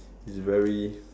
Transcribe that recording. is very